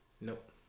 Nope